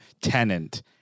tenant